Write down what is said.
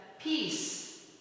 peace